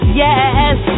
yes